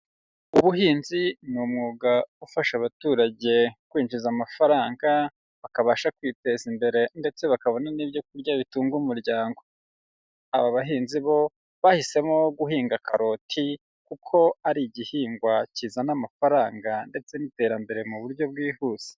Ubuhinzi ni umwuga ufasha abaturage kwinjiza amafaranga bakabasha kwiteza imbere ndetse bakabona n'ibyo kurya bitunga umuryango, aba bahinzi bo bahisemo guhinga karoti kuko ari igihingwa kizana amafaranga ndetse n'iterambere mu buryo bwihuse.